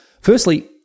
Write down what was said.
Firstly